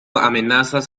amenazas